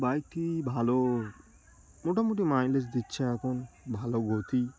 বাইকটি ভালো মোটামুটি মাইলেজ দিচ্ছে এখন ভালো গতি